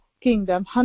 Kingdom